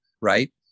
right